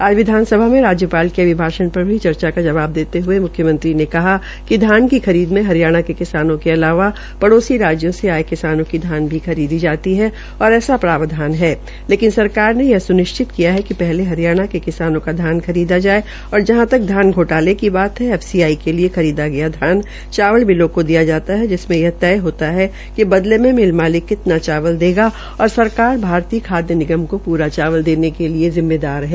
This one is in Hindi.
आज विधानसभा में राज्यापाल के अभिभाषण पर हई चर्चा का जवाब देते हये मुख्यमंत्री ने कहा कि धान की खरीद में हरियाणा के किसानों के अलावा पड़ोसी राज्यों से आये किसानों की धान भी खरीदी जाती है और ऐसा प्रावधान है लेकिन सरकार ने यह सुनिश्चित किया है कि पहले हरियाणा के किसानों का धान खरीदा जाये और जहां तक धान घोटाले की बात है एफसीआई के लिए खरीदा गया धान चावल मिलों को दिया जाता है जिससे यह तय होना है बदले मे मिल मालिक कितना चावल देगा और सरकार भारतीय खाद्य निगम को पूरा चावल देने के लिए जिम्मेवार है